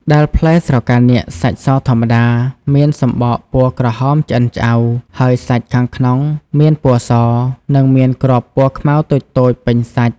ដែលផ្លែស្រកានាគសាច់សធម្មតា មានសម្បកពណ៌ក្រហមឆ្អិនឆ្អៅ ហើយសាច់ខាងក្នុងមានពណ៌ស និងមានគ្រាប់ពណ៌ខ្មៅតូចៗពេញសាច់។